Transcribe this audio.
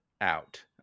out